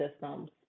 systems